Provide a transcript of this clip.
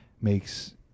makes